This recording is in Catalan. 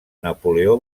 napoleó